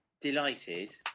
delighted